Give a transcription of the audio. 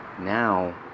now